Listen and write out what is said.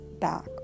back